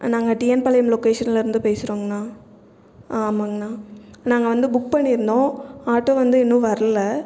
நாங்கள் டிஎன் பாளையம் லோக்கேஷன்லருந்து பேசுகிறோங்ணா ஆ ஆமாங்ணா நாங்கள் வந்து புக் பண்ணியிருந்தோம் ஆட்டோ வந்து இன்னும் வர்லை